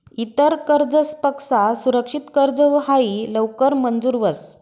इतर कर्जसपक्सा सुरक्षित कर्ज हायी लवकर मंजूर व्हस